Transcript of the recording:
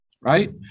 right